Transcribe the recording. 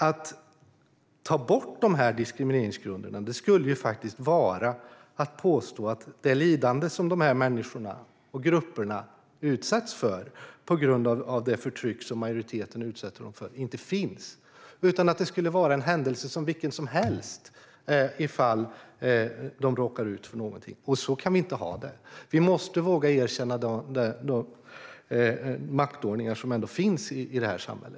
Att ta bort dessa diskrimineringsgrunder skulle faktiskt vara att påstå att det lidande som dessa människor och grupper utsätts för på grund av det förtryck som majoriteten utsätter dem för inte finns utan att det skulle vara en händelse som vilken som helst ifall de råkar ut för någonting. Så kan vi inte ha det. Vi måste våga erkänna de maktordningar som ändå finns i detta samhälle.